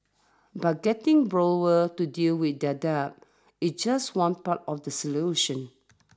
but getting borrowers to deal with their debt is just one part of the solution